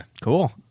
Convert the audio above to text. cool